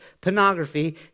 pornography